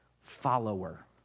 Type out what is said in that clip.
follower